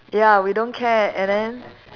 ya we don't care and then